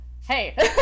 Hey